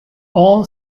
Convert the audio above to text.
all